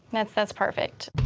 that's that's perfect.